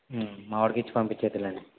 మావాడికి ఇచ్చి పంపించేద్దురులెండి